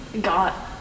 got